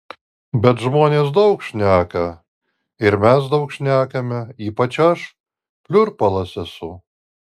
bet žmonės daug šneka ir mes daug šnekame ypač aš pliurpalas esu